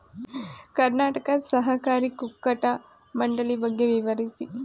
ಕರ್ನಾಟಕ ಸಹಕಾರಿ ಕುಕ್ಕಟ ಮಂಡಳಿ ಬಗ್ಗೆ ವಿವರಿಸಿ?